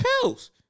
pills